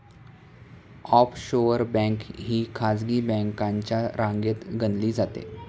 offshore bank ही खासगी बँकांच्या रांगेत गणली जाते